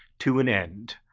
to an end.